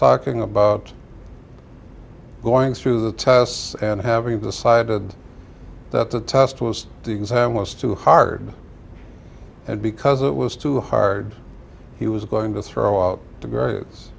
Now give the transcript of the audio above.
talking about going through the tests and having decided that the test was the exam was too hard and because it was too hard he was going to throw out t